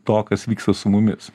to kas vyksta su mumis